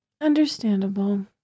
Understandable